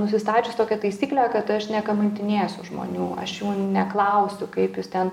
nusistačius tokią taisyklę kad aš nekamantinėsiu žmonių aš jų neklausiu kaip jūs ten